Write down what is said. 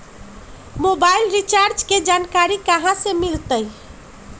Mobile recharge के जानकारी कहा से मिलतै?